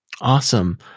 Awesome